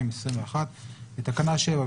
בתקנה 7,